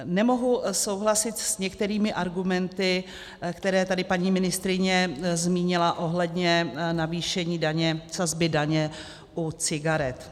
Nemohu souhlasit s některými argumenty, které tady paní ministryně zmínila ohledně navýšení sazby daně u cigaret.